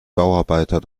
bauarbeiter